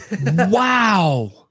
Wow